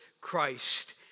Christ